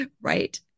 right